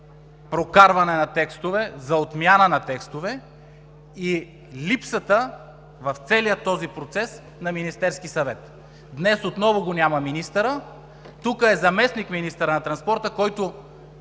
за прокарване на текстове, за отмяна на текстове и липсата в целия този процес на Министерския съвет. Днес министърът отново го няма. Тук е заместник-министърът на транспорта, който